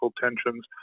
tensions